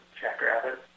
jackrabbit